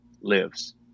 lives